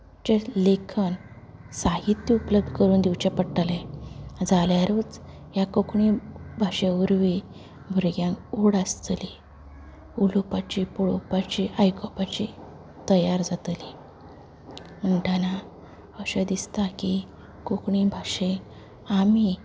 जे लेखन साहित्य उपलब्द करून दिवंचे पडटले जाल्यारच हे कोंकणी भाशे वरवीं भुरग्यांक ओड आसतली उलोवपाची पळोवपाची आयकूपाची तयार जातली म्हणटना अशें दिसता की कोंकणी भाशेक आमी